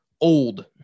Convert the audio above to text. Old